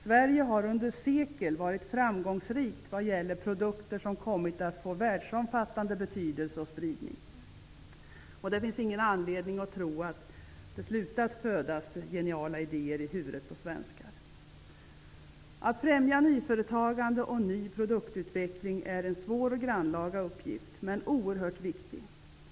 Sverige har under sekel varit framgångsrikt vad gäller produkter som kommit att få världsomfattande betydelse och spridning. Det finns ingen anledning att tro att det slutat födas geniala idéer i huvudet på svenskar. Att främja nyföretagande och ny produktutveckling är en svår och grannlaga uppgift -- men oerhört viktig.